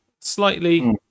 slightly